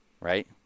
right